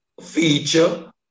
feature